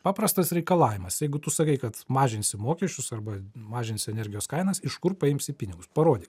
paprastas reikalavimas jeigu tu sakai kad mažinsi mokesčius arba mažinsi energijos kainas iš kur paimsi pinigus parodyk